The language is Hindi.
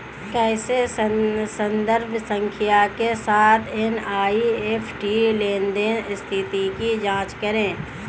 कैसे संदर्भ संख्या के साथ एन.ई.एफ.टी लेनदेन स्थिति की जांच करें?